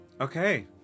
Okay